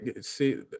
see